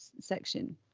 section